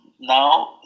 now